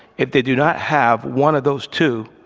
if they do not have one of those two,